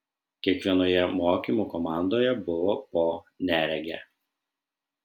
kiekvienoje mokymų komandoje buvo po neregę